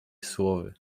słowy